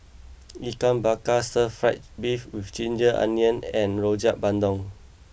Ikan Bakar Stir Fried Beef with Ginger Onions and Rojak Bandung